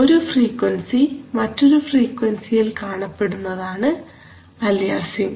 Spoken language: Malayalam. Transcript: ഒരു ഫ്രീക്വൻസി മറ്റൊരു ഫ്രീക്വൻസിയിൽ കാണപ്പെടുന്നതാണ് അലിയാസിങ്